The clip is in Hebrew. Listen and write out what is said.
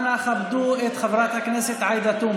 אנא כבדו את חברת הכנסת עאידה תומא.